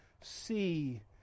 see